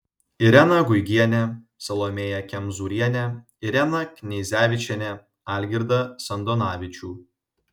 ireną guigienę salomėją kemzūrienę ireną kneizevičienę algirdą sandonavičių